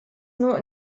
nur